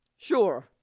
sure.